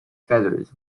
feathers